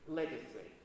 legacy